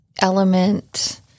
element